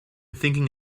thinking